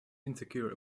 insecure